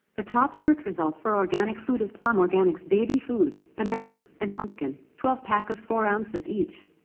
the top search result for organic food is plum organics baby food, banana and pumpkin, twelve pack of four ounces each.